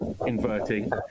Inverting